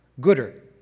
Gooder